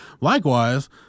Likewise